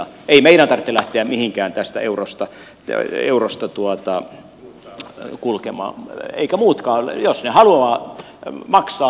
ei meidän tarvitse lähteä mihinkään tästä eurosta kulkemaan eikä muidenkaan jos ne haluavat maksaa